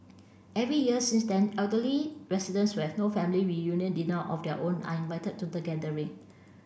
every year since then elderly residents who have no family reunion dinner of their own are invited to the gathering